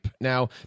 Now